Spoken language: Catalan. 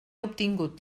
obtingut